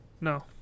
No